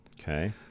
Okay